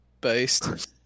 based